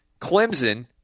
Clemson